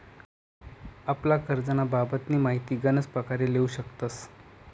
आपला करजंना बाबतनी माहिती गनच परकारे लेवू शकतस